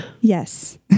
Yes